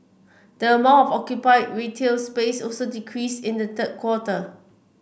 the amount of occupied retail space also decreased in the third quarter